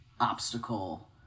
obstacle